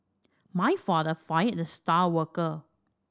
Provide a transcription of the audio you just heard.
my father fired the star worker